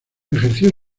ejerció